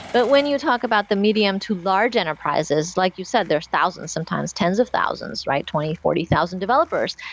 but when you talk about the medium to large enterprises, like you said, there are thousand sometimes, tens of thousands, right? twenty, forty thousand developers.